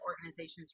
organizations